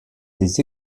des